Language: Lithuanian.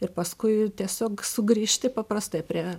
ir paskui tiesiog sugrįžti paprastai prie